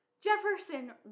Jefferson